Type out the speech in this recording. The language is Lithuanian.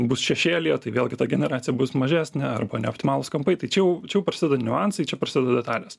bus šešėlyje tai vėlgi ta generacija bus mažesnė arba neoptimalūs kampai tai čia jau čia jau prasideda niuansai čia prasideda detalės